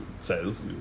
says